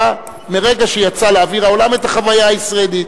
מרגע שיצא לאוויר העולם הוא חווה את החוויה הישראלית.